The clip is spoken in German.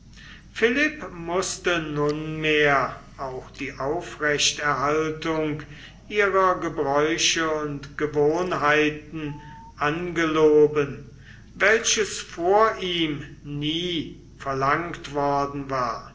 philipp mußte nunmehr auch die aufrechthaltung ihrer gebräuche und gewohnheiten angeloben welches vor ihm nie verlangt worden war